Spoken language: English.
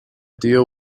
deal